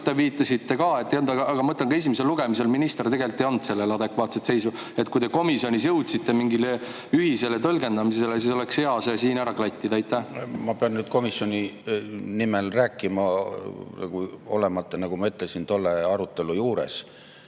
Te viitasite ka, et ei olnud, aga ka esimesel lugemisel minister tegelikult ei andnud sellele adekvaatset [vastust]. Kui te komisjonis jõudsite mingile ühisele tõlgendusele, siis oleks hea see siin ära klattida. Ma pean nüüd komisjoni nimel rääkima, olemata, nagu ma ütlesin, tolle arutelu juures.